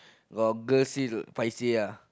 got girl see paiseh ah